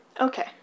Okay